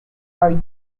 are